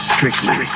Strictly